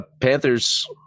Panthers